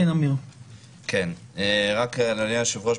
אדוני היושב-ראש,